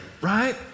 right